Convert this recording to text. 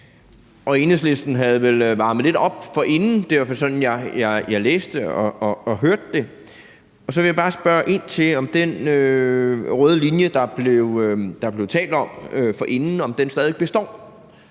Enhedslisten havde vel varmet lidt op forinden – det var i hvert fald sådan, jeg læste og hørte det. Så vil jeg bare spørge ind til, om den røde linje, der blev talt om, stadig består: